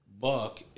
buck